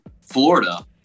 Florida